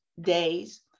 days